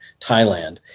Thailand